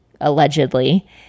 allegedly